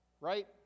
right